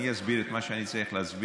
אני אסביר את מה שאני צריך להסביר.